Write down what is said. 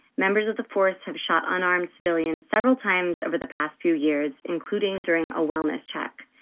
members of the force have shot unarmed civilians several times over the past few years, including during a wellness check.